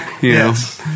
Yes